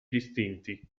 distinti